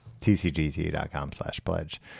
tcgt.com/slash/pledge